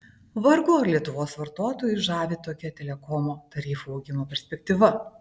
vargu ar lietuvos vartotojus žavi tokia telekomo tarifų augimo perspektyva